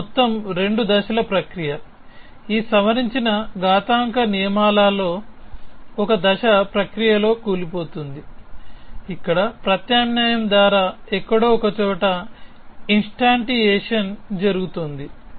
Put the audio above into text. కాబట్టి ఈ మొత్తం రెండు దశల ప్రక్రియ ఈ సవరించిన ఘాతాంక నియమాలలో ఒక దశ ప్రక్రియలో కూలిపోతుంది ఇక్కడ ప్రత్యామ్నాయం ద్వారా ఎక్కడో ఒకచోట ఇన్స్టాంటియేషన్ జరుగుతోంది